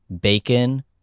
bacon